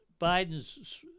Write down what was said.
Biden's